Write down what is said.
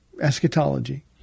eschatology